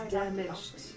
damaged